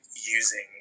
using